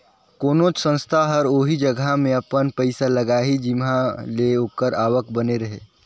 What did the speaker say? कोनोच संस्था हर ओही जगहा में अपन पइसा लगाही जिंहा ले ओकर आवक बने रहें